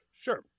Sure